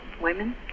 women